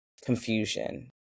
confusion